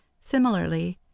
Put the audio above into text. Similarly